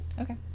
Okay